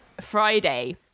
Friday